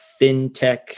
fintech